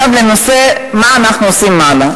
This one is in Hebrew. לנושא: מה אנחנו עושים הלאה?